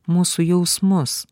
mūsų jausmus